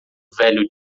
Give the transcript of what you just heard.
velho